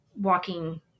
walking